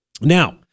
Now